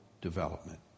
development